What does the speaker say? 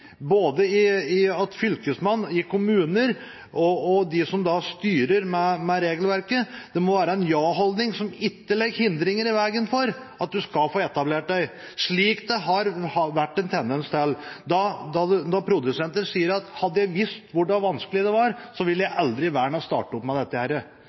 både hos Fylkesmannen og i kommunene – hos dem som styrer med regelverket. Det må være en ja-holdning som ikke legger hindringer i veien for at en skal få etablert seg, slik det har vært en tendens til – når produsenter sier at hadde de visst hvor vanskelig det var, ville de aldri i verden ha startet opp med dette.